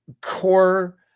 core